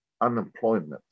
unemployment